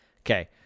Okay